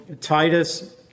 Titus